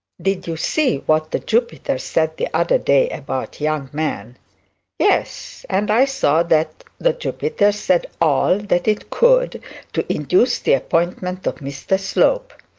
did you see what the jupiter said the other day about young men yes and i saw that the jupiter said all that it could to induce the appointment of mr slope.